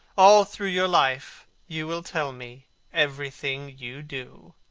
all through your life you will tell me everything you do.